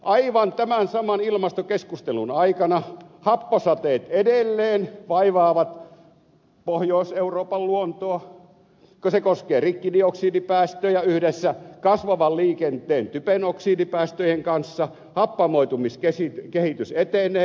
aivan tämän saman ilmastokeskustelun aikana happosateet edelleen vaivaavat pohjois euroopan luontoa se koskee rikkidioksidipäästöjä yhdessä kasvavan liikenteen typenoksidipäästöjen kanssa happamoitumiskehitys etenee